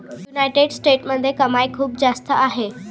United स्टेट्समध्ये कमाई खूप जास्त आहे